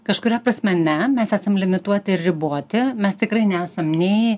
kažkuria prasme ne mes esam limituoti ir riboti mes tikrai nesam nei